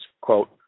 quote